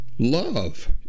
Love